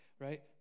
right